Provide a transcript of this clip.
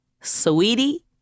sweetie